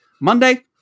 Monday